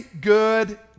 good